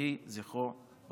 יהי זכרו ברוך.